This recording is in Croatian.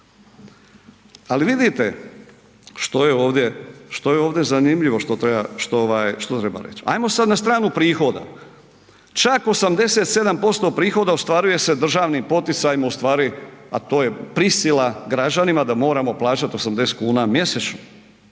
Ali vidite što je ovdje zanimljivo što treba reći. Ajmo na sad na stranu prihoda, čak 87% prihoda ostvaruje se državnim poticajima, a to je prisila građanima da moramo plaćati 80 kuna mjesečno,